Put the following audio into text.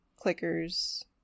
clickers